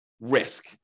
risk